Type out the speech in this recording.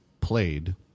played